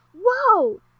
Whoa